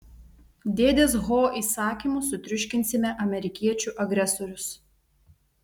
dėdės ho įsakymu sutriuškinsime amerikiečių agresorius